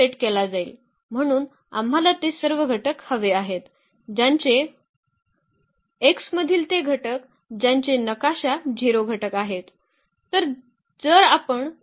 म्हणून आम्हाला ते सर्व घटक हवे आहेत ज्यांचे X मधील ते घटक ज्यांचे नकाशा 0 घटक आहेत